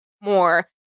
more